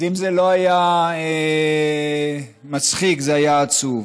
אם זה לא היה מצחיק, זה היה עצוב.